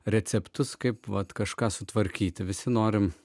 receptus kaip vat kažką sutvarkyti visi norime